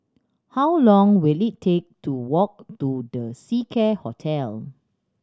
how long will it take to walk to The Seacare Hotel